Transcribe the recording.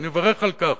ואני מברך על כך,